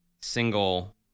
single